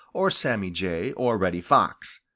or sammy jay, or reddy fox.